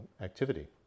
activity